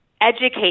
educate